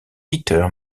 peter